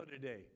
today